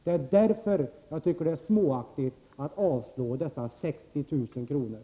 Det är därför som jag tycker att det är småaktigt att avslå yrkandet om dessa 60 000 kr.